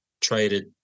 traded